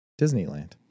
Disneyland